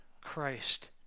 Christ